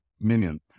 Minion